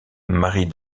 marie